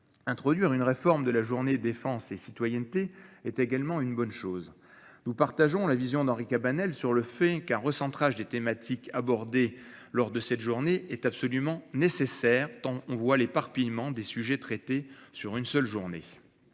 Introduire une réforme de la Journée Défense et Citoyenneté est également une bonne chose. Nous partageons la vision d'Henri Cabanel sur le fait qu'un recentrage des thématiques abordées lors de cette journée est absolument nécessaire tant on voit l'éparpillement des sujets traités sur une seule journée.